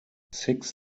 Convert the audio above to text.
six